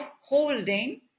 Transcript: holding